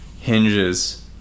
hinges